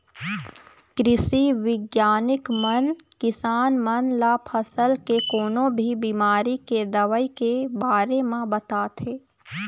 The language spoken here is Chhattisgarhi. कृषि बिग्यानिक मन किसान मन ल फसल के कोनो भी बिमारी के दवई के बारे म बताथे